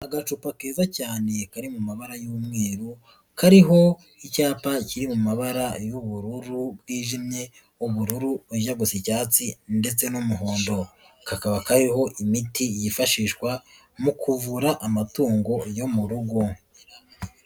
Agacupa keza cyane kari mu mabara y'umweru, kariho icyapa kiri mu mabara y'ubururu bwijimye, ubururu bujya gusa icyatsi ndetse n'umuhondo. Kakaba kariho imiti yifashishwa mu kuvura amatungo yo murugo.